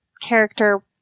character